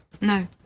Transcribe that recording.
No